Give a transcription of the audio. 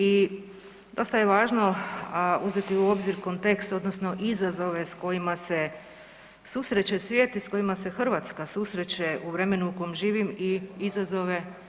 I dosta je važno uzeti u obzir kontekst, odnosno izazove sa kojima se susreće svijet i sa kojima se Hrvatska susreće u vremenu u kom živim i izazove.